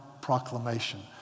proclamation